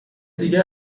دیگه